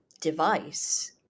device